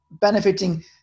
benefiting